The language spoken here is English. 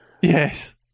Yes